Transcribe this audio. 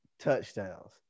touchdowns